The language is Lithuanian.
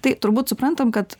tai turbūt suprantam kad